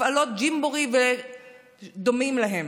הפעלות ג'ימבורי ודומים להם,